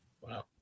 Wow